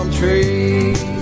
tree